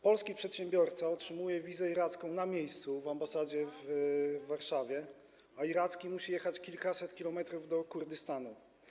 Polski przedsiębiorca otrzymuje wizę iracką na miejscu, w ambasadzie w Warszawie, a iracki musi jechać kilkaset kilometrów do Kurdystanu.